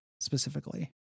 specifically